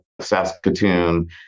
Saskatoon